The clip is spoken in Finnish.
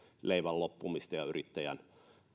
leivän loppumista ja yrittäjälle